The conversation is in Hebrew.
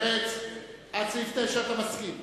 מרצ, עד סעיף 9 אתה מסכים?